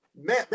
man